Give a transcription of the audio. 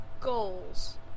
goals